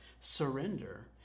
Surrender